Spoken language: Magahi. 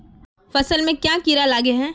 फसल में क्याँ कीड़ा लागे है?